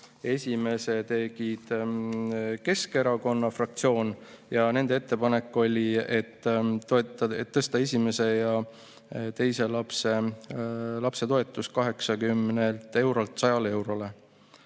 esimese tegi Keskerakonna fraktsioon. Nende ettepanek oli tõsta esimese ja teise lapse toetus 80 eurolt 100 eurole.